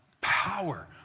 Power